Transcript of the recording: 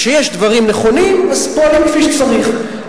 כשיש דברים נכונים אז פועלים כפי שצריך,